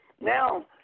now